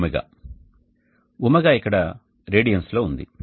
ω ఇక్కడ రేడియన్స్ లో ఉంది